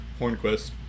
Hornquist